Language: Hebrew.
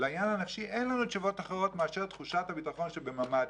לעניין הנפשי אין לנו תשובות אחרות מאשר תחושת הביטחון שבממ"דים.